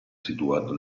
situato